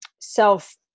self